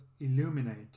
illuminate